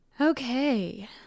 Okay